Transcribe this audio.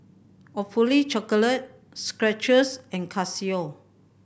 Awfully Chocolate Skechers and Casio